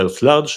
BERT LARGE,